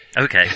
Okay